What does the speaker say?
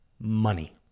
money